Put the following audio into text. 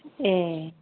ए